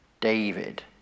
David